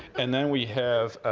and then we have,